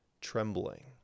trembling